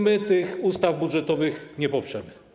My tych ustaw budżetowych nie poprzemy.